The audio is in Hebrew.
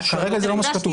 כרגע זה לא מה שכתוב.